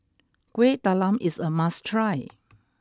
Kueh Talam is a must try